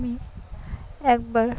আমি একবার